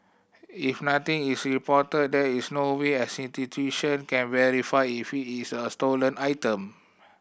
if nothing is reported there is no way an institution can verify if is a stolen item